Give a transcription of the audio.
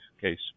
case